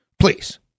Please